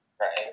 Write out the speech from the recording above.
Right